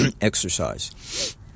Exercise